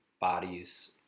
bodies